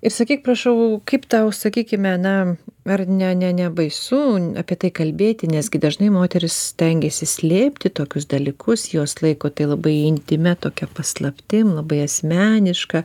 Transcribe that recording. ir sakyk prašau kaip tau sakykime na ar ne ne nebaisu apie tai kalbėti nes gi dažnai moterys stengiasi slėpti tokius dalykus jos laiko tai labai intymia tokia paslaptim labai asmeniška